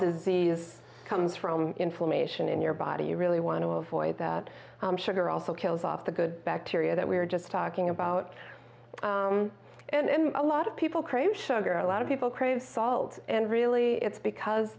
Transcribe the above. this comes from inflammation in your body you really want to avoid that sugar also kills off the good bacteria that we're just talking about and a lot of people crave sugar a lot of people crave salt and really it's because